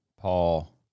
Paul